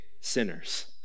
sinners